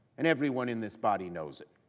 and everyone in this body knows it.